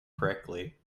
correctly